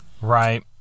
Right